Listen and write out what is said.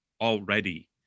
already